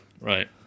right